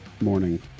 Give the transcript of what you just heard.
morning